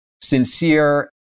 sincere